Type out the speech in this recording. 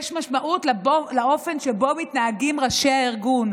יש משמעות לאופן שבו מתנהגים ראשי הארגון.